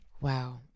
Wow